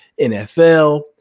NFL